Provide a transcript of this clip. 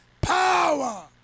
power